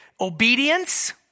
obedience